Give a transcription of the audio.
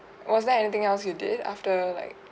was there anything else you did after like